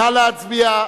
נא להצביע.